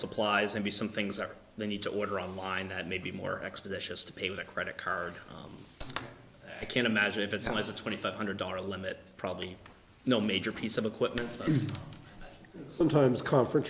supplies and b some things that they need to order online that may be more expeditious to pay with a credit card i can imagine if it's known as a twenty five hundred dollar limit probably no major piece of equipment sometimes conference